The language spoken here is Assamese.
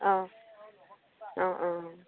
অঁ অঁ অঁ